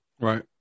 Right